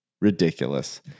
ridiculous